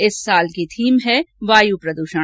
इस वर्ष की थीम है वायु प्रदूषण